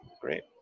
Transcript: great